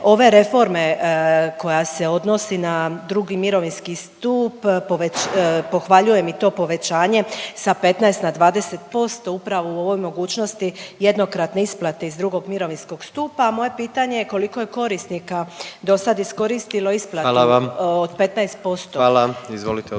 ove reforme koja se odnosi na 2. mirovinski stup, pohvaljujem i to povećanje sa 15 na 20% upravo u ovoj mogućnosti jednokratne isplate iz 2. mirovinskog stupa. Moje pitanje je koliko je korisnika do sad iskoristilo isplatu …/Upadica predsjednik: Hvala vam./… od 15%.